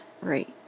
Right